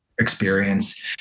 experience